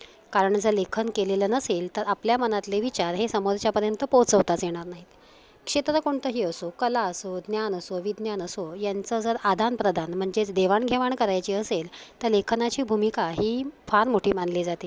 कारण जर लेखन केलेलं नसेल तर आपल्या मनातले विचार हे समोरच्यापर्यंत पोहोचवताच येणार नाहीत क्षेत्र कोणतंही असो कला असो ज्ञान असो विज्ञान असो यांचं जर आदान प्रदान म्हणजेच देवाणघेवाण करायची असेल तर लेखनाची भूमिका ही फार मोठी मानली जाते